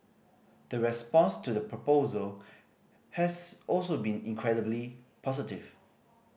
the response to the proposal has also been incredibly positive